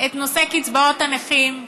את נושא קצבאות הנכים,